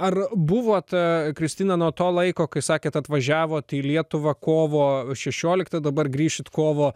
ar buvo ta kristina nuo to laiko kai sakėt atvažiavot į lietuvą kovo šešioliktą dabar grįšit kovo